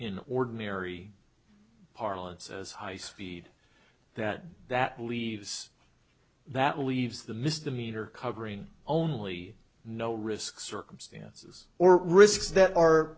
in ordinary parlance as high speed that that leaves that leaves the misdemeanor covering only no risk circumstances or risks that are